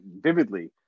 vividly